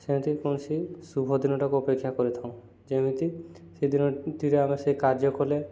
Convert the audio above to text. ସେମିତି କୌଣସି ଶୁଭ ଦିନଟାକୁ ଅପେକ୍ଷା କରିଥାଉଁ ଯେମିତି ସେଦିନଟିରେ ଆମେ ସେ କାର୍ଯ୍ୟ କଲେ